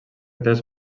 tres